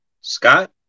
Scott